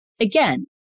Again